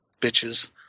bitches